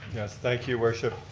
yes, thank you worship.